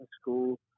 school